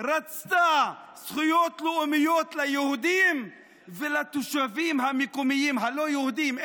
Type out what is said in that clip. רצתה זכויות לאומיות ליהודים ולתושבים המקומיים הלא-יהודים,